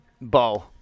Bow